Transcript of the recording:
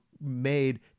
made